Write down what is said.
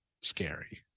scary